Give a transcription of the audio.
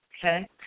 okay